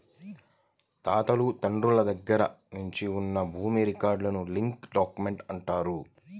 తాతలు తండ్రుల దగ్గర నుంచి ఉన్న భూమి రికార్డులను లింక్ డాక్యుమెంట్లు అంటారు